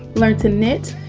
learn to knit.